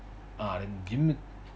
அடிக்கு:adingu